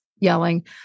yelling